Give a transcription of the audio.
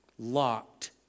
locked